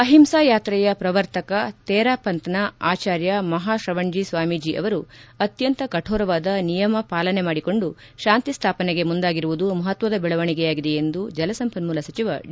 ಅಹಿಂಸಾ ಯಾತ್ರೆಯ ಪ್ರವರ್ತಕ ತೇರಾಪಂತ್ನ ಆಚಾರ್ಯ ಮಹಾಶ್ರವಣ್ಣೀ ಸ್ವಾಮೀಜಿ ಅವರು ಅತ್ಯಂತ ಕೋರವಾದ ನಿಯಮ ಪಾಲನೆ ಮಾಡಿಕೊಂಡು ಶಾಂತಿ ಸ್ಥಾಪನೆಗೆ ಮುಂದಾಗಿರುವುದು ಮಹತ್ವದ ಬೆಳವಣಿಗೆಯಾಗಿದೆ ಎಂದು ಜಲ ಸಂಪನ್ಮೂಲ ಸಚಿವ ಡಿ